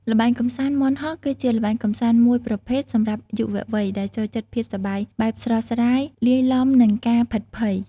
ល្បែងកំសាន្តមាន់ហោះ គឺជាល្បែងកំសាន្តមួយប្រភេទសម្រាប់យុវវ័យ ដែលចូលចិត្តភាពសប្បាយបែបស្រស់ស្រាយលាយលំ និងការភិតភ័យ។